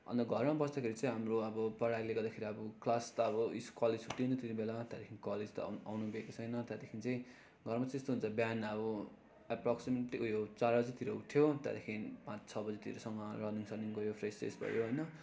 अन्त घरमा बस्दाखेरि चाहिँ हाम्रो अब पढाइले गर्दाखेरि अब क्लास त अब इस कलेज त छुट्टी नै थियो त्यति बेला त्यहाँदेखि कलेज त आउनु आउनु दिएको छैन त्यहाँदेखि चाहिँ घरमा चाहिँ त्यस्तो हुन्छ बिहान अब एप्रोक्सीमेट्ली उयो चार बजीतिर उठ्यो त्यहाँदेखिन् पाँच छ बजीतिरसम्म रनिङ सनिङ गयो फ्रेससेस भयो होइन